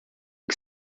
que